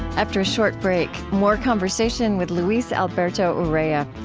after a short break, more conversation with luis alberto urrea.